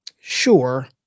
Sure